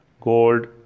gold